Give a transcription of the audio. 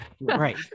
right